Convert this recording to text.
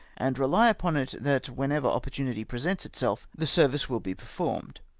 and rely upon it, that whenever opportunity presents itself, the service will be performed.